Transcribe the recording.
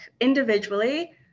individually